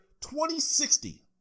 2060